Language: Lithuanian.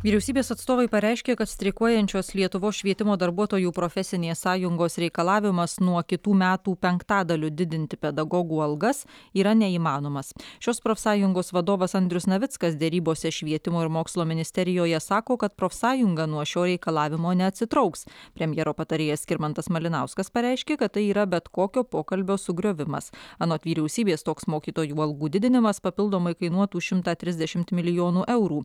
vyriausybės atstovai pareiškė kad streikuojančios lietuvos švietimo darbuotojų profesinės sąjungos reikalavimas nuo kitų metų penktadaliu didinti pedagogų algas yra neįmanomas šios profsąjungos vadovas andrius navickas derybose švietimo ir mokslo ministerijoje sako kad profsąjunga nuo šio reikalavimo neatsitrauks premjero patarėjas skirmantas malinauskas pareiškė kad tai yra bet kokio pokalbio sugriovimas anot vyriausybės toks mokytojų algų didinimas papildomai kainuotų šimtą trisdešimt milijonų eurų